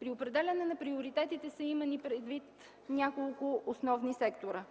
При определяне на приоритетите са имани предвид няколко основни сектора.